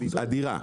אדירה,